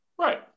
Right